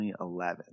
2011